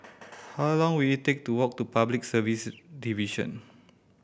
how long will it take to walk to Public Service Division